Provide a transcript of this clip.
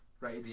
right